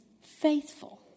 faithful